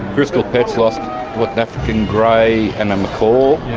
crystal pets lost, what, an african grey and a macaw.